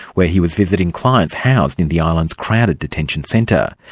where he was visiting clients housed in the island's crowded detention centre.